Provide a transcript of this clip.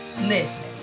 Listen